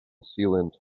sealant